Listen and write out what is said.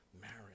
marriage